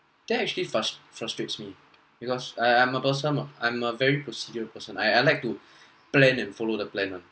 that actually frus~ frustrates me because I I'm a person of I'm a very procedure person I I like to plan and follow the plan [one]